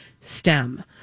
STEM